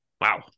wow